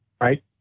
right